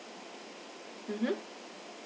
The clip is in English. mmhmm